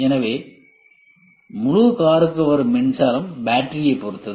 எனவே முழு காருக்கும் வரும் மின்சாரம் பேட்டரியைப் பொறுத்தது